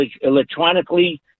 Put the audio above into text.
electronically